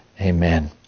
Amen